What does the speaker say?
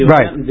Right